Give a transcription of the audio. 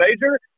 major